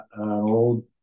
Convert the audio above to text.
old